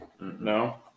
No